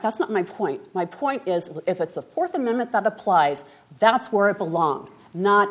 that's not my point my point is if it's the fourth amendment that applies that's where it belongs not